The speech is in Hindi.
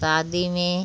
शादी में